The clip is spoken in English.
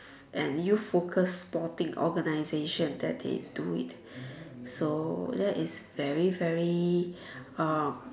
and youth focus sporting organization that they do it so that is very very uh